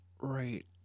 right